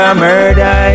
murder